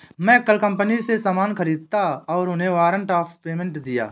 मैं कल कंपनी से सामान ख़रीदा और उन्हें वारंट ऑफ़ पेमेंट दिया